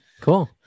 Cool